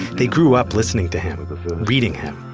they grew up listening to him, reading him.